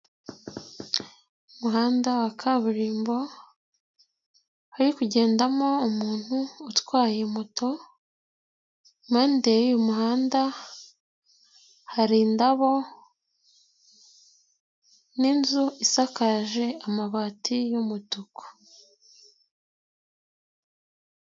Umuhanda wa kaburimbo hari kugendamo umuntu utwaye moto, impande y'uyu muhanda, hari indabo n'inzu isakaje amabati y'umutuku.